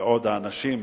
בעוד האנשים,